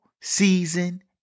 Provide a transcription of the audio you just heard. season